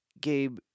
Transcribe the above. Gabe